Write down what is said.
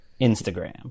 Instagram